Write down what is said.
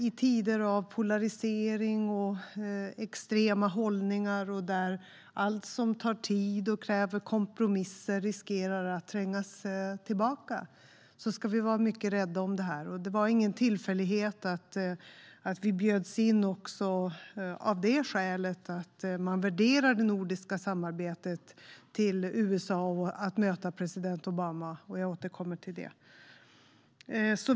I tider av polarisering och extrema hållningar, då allt som tar tid och kräver kompromisser riskerar att trängas tillbaka, ska vi vara mycket rädda om detta. Det var ingen tillfällighet att vi bjöds in till USA för att möta president Obama också av det skälet att man värderar det nordiska samarbetet. Jag återkommer till det.